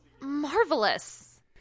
marvelous